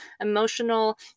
emotional